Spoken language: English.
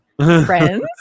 friends